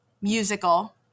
musical